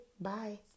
Bye